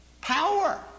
power